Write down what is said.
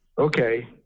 Okay